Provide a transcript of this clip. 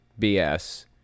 BS